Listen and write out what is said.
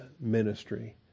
ministry